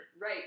Right